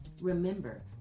Remember